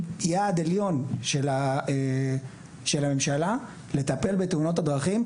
יעד עליון של הממשלה לטפל בתאונות הדרכים,